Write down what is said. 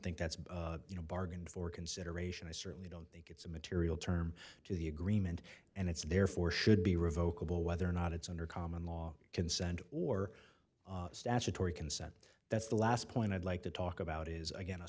think that's you know bargained for consideration i certainly don't think it's a material term to the agreement and it's therefore should be revokable whether or not it's under common law consent or statutory consent that's the last point i'd like to talk about is again